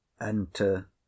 enter